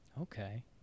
Okay